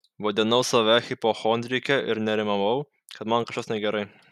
vadinau save hipochondrike ir nerimavau kad man kažkas negerai